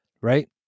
Right